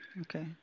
Okay